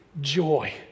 joy